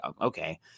Okay